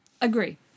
agree